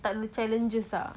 tak ada challenges ah